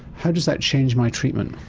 how does that change my treatment?